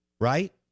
right